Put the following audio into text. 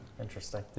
interesting